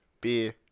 Beer